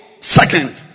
second